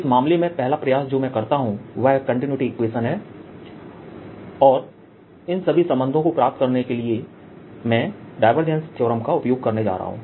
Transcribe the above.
इस मामले में पहला प्रयास जो मैं करता हूं वह कंटिन्यूटी इक्वेशन है और इन सभी संबंधों को प्राप्त करने के लिए मैं डायवर्जेंस थ्योरम का उपयोग करने जा रहा हूं